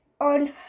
on